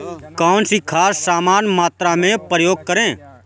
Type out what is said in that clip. कौन सी खाद समान मात्रा में प्रयोग करें?